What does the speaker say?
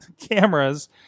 cameras